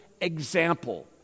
example